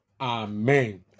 Amen